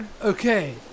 Okay